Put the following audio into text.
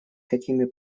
какими